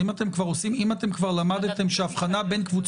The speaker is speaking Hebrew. צריך לזכור גם את ההקשר של פסק הדין של בג"ץ בהקשר הזה.